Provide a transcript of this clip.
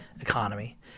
economy